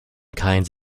kinds